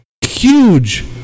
Huge